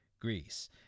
Greece